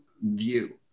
view